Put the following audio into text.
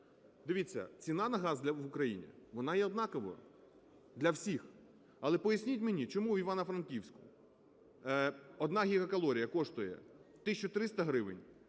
Дивіться, ціна на газ в Україні, вона є однаковою для всіх. Але поясніть мені, чому в Івано-Франківську одна гігакалорія коштує тисячу 300 гривень,